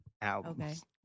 Albums